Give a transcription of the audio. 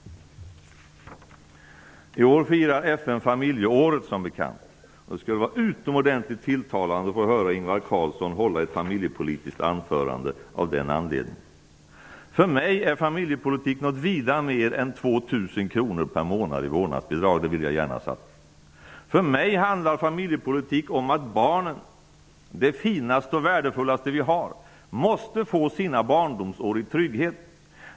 I år firar FN familjeåret som bekant. Det skulle vara utomordentligt tilltalande att få höra Ingvar Carlsson hålla ett familjepolitiskt anförande av den anledningen. För mig är familjepolitik något vida mer än 2 000 kronor per månad i vårdnadsbidrag. För mig handlar familjepolitik om att barnen, det finaste och värdefullaste som vi har, måste få sina barndomsår i trygghet.